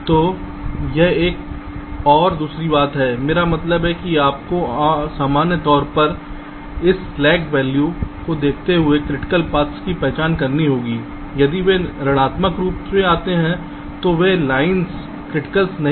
तो यह एक और दूसरी बात है मेरा मतलब है कि आपको सामान्य तौर पर इस स्लैक वैल्यू को देखते हुए क्रिटिकल पाथ्स की पहचान करनी होगी यदि वे ऋणात्मक रूप से आते हैं तो वे लाइन्स क्रिटिकल नहीं हैं